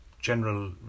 General